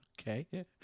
Okay